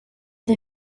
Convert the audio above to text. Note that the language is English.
the